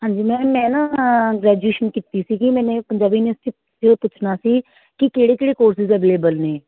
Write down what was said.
ਹਾਂਜੀ ਮੈਮ ਮੈਂ ਨਾ ਗ੍ਰੈਜੂਏਸ਼ਨ ਕੀਤੀ ਸੀਗੀ ਮੈਨੇ ਪੰਜਾਬੀ ਯੂਨੀਵਰਸਿਟੀ ਇਹ ਪੁੱਛਣਾ ਸੀ ਕੀ ਕਿਹੜੇ ਕਿਹੜੇ ਕੋਰਸਿਸ ਅਵੇਲੇਬਲ ਨੇ